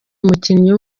umukinnyi